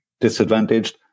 disadvantaged